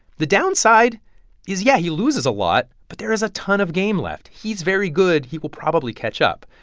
the downside is, yeah, he loses a lot, but there is a ton of game left. he's very good. he will probably catch up.